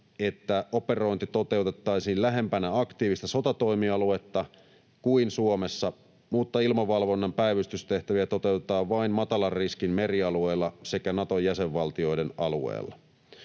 että operointi toteutettaisiin lähempänä aktiivista sotatoimialuetta kuin Suomessa, mutta ilmavalvonnan päivystystehtäviä toteutetaan vain matalan riskin merialueilla sekä Naton jäsenvaltioiden alueilla.